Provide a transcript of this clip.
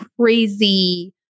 crazy